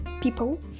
people